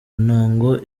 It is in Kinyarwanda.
ntango